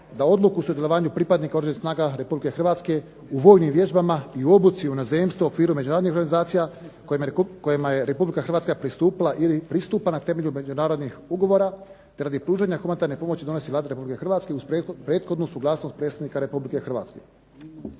da odluku o sudjelovanju pripadnika Oružanih snaga Republike Hrvatske u vojnim vježbama i u obuci u inozemstvu u okviru međunarodnih organizacija kojima je Republika Hrvatska pristupila ili pristupa na temelju međunarodnih ugovora te radi pružanja humanitarne pomoći donosi Vlada Republike Hrvatske uz prethodnu suglasnost predsjednik Republike Hrvatske.